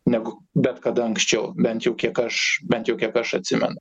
negu bet kada anksčiau bent jau kiek aš bent jau kiek aš atsimenu